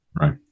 right